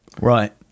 Right